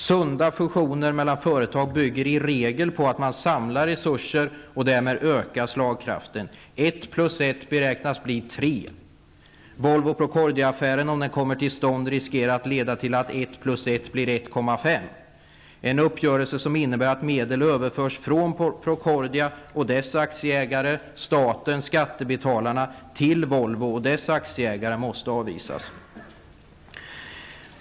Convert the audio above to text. Sunda fusioner mellan företag bygger i regel på att man samlar resurser och därmed ökar slagkraften. Ett plus ett beräknas bli tre. Volvo--Procordiaaffären, om den kommer till stånd, riskerar att leda till att ett plus ett blir ett och ett halvt. En uppgörelse som innebär att medel överförs från Procordia och dess aktieägare -- staten och skattebetalarna -- till Volvo och dess aktieägare måste avvisas.